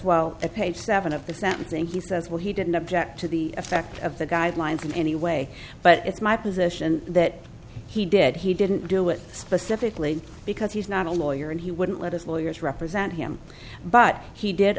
well a page seven of the sentencing he says well he didn't object to the effect of the guidelines in any way but it's my position that he did he didn't do it specifically because he's not a lawyer and he wouldn't let his lawyers represent him but he did